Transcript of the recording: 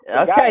Okay